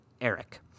Eric